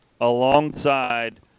alongside